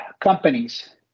companies